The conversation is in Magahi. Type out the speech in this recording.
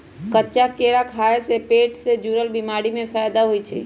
कच्चा केरा खाय से पेट से जुरल बीमारी में फायदा होई छई